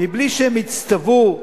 מבלי שהם הצטוו,